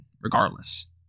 regardless